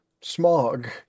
smog